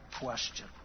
question